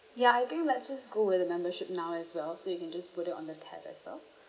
ya I think let's just go with the membership now as well so you can just put it on the tab as well